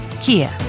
Kia